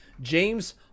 James